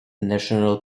national